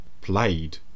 played